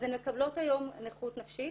אז הן מקבלות היום נכות נפשית,